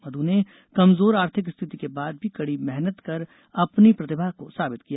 मधु ने कमजोर आर्थिक स्थिति के बाद भी कड़ी मेहनत कर अपनी प्रतिभा को साबित किया